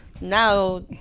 now